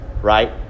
right